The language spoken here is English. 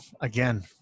again